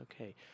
okay